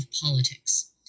politics